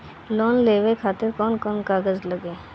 Loan लेवे खातिर कौन कौन कागज लागी?